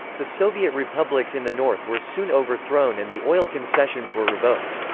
the soviet republics in the north were soon overthrown and the oil concessions were revoked.